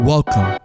Welcome